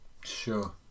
sure